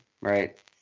right